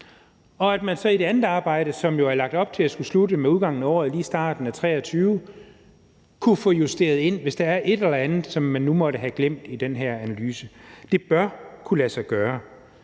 kunne man i det andet arbejde, som jo er lagt op til at skulle slutte lige i starten af 2023, lige få justeret ind, hvis der er et eller andet, som man nu måtte have glemt i den her analyse. Det bør kunne lade sig gøre.